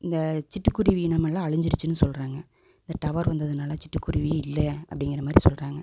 இந்த சிட்டு குருவி இனமெல்லாம் அழிஞ்சிடுச்சினு சொல்கிறாங்க இந்த டவர் வந்ததுனால் சிட்டு குருவி இல்லை அப்டிங்கற மாதிரி சொல்கிறாங்க